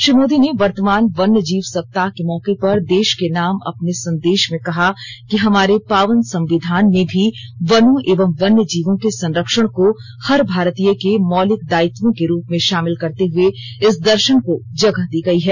श्री मोदी ने वर्तमान वन्यजीव सप्ताह के मौके पर देश के नाम अपने संदेश में कहा कि हमारे पावन संविधान में भी वनों एवं वन्यजीवों के संरक्षण को हर भारतीय के मौलिक दायित्वों के रूप में शामिल करते हुए इस दर्शन को जगह दी गयी है